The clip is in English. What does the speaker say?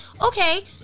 okay